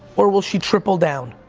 or will she triple down?